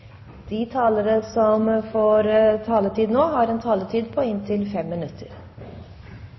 De talere som heretter får ordet, har en taletid på inntil 3 minutter.